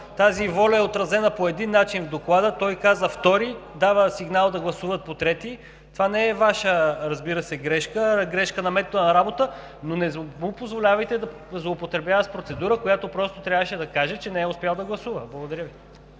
Тази воля е отразена по един начин в Доклада. Той каза втори, дава сигнал да гласуват по трети. Разбира се, това не е Ваша грешка, а грешка на метода на работа, но не му позволявайте да злоупотребява с процедура, в която просто трябваше да каже, че не е успял да гласува. Благодаря Ви.